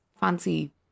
fancy